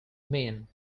mean